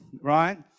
right